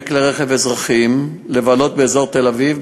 כלי רכב אזרחיים לבלות באזור תל-אביב,